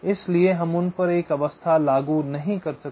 इसलिए हम उन पर एक अवस्था लागू नहीं कर सकते